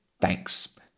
Thanks